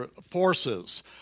forces